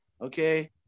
Okay